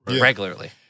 regularly